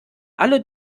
alle